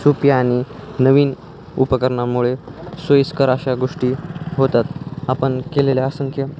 सोपी आणि नवीन उपकरणामुळे सोयीस्कर अशा गोष्टी होतात आपण केलेल्या असंख्य